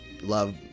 love